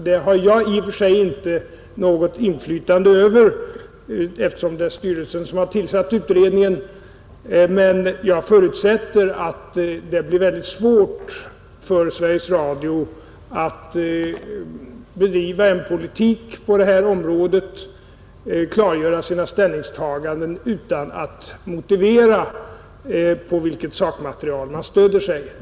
Det har jag i och för sig inte något inflytande över eftersom det är styrelsen som har tillsatt utredningen, men jag förutsätter att det blir synnerligen svårt för Sveriges Radio att bedriva en politik på detta område, klargöra sina ställningstaganden, utan att motivera på vilket sakmaterial man stöder sig.